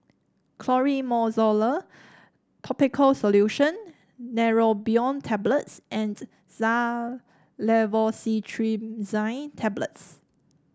Clotrimozole Topical Solution Neurobion Tablets and Xyzal Levocetirizine Tablets